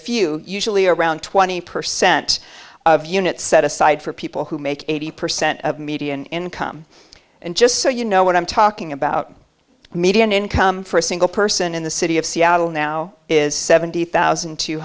few usually around twenty percent of units set aside for people who make eighty percent of median income and just so you know what i'm talking about the median income for a single person in the city of seattle now is seventy thousand two